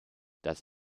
das